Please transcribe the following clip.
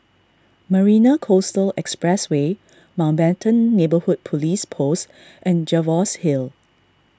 Marina Coastal Expressway Mountbatten Neighbourhood Police Post and Jervois Hill